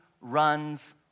runs